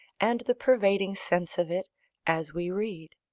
and the pervading sense of it as we read.